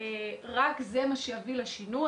יביא לשינוי.